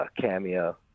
cameo